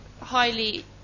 highly